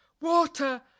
water